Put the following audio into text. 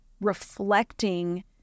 reflecting